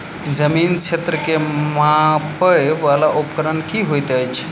जमीन क्षेत्र केँ मापय वला उपकरण की होइत अछि?